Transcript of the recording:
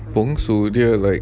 bongsu dia like